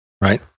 Right